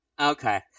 Okay